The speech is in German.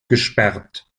gesperrt